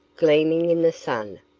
gleaming in the sun,